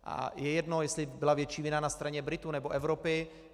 A je jedno, jestli byla větší vina na straně Britů, anebo Evropy.